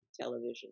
television